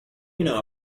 know